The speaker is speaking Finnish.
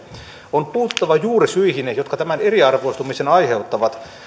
on puututtava juurisyihin jotka tämän eriarvoistumisen aiheuttavat